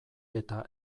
eta